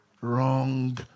wrong